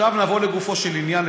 עכשיו נבוא לגופו של עניין.